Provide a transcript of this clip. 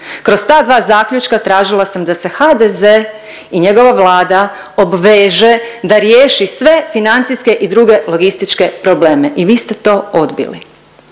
Kroz ta dva zaključka tražila sam da se HDZ i njegova Vlada obveže da riješi sve financijske i druge logističke probleme i vi ste to odbili.